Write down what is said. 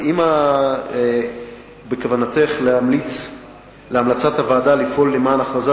אם בכוונתך להמלצת הוועדה לפעול למען הכרזת